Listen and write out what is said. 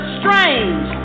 strange